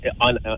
on